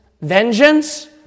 Vengeance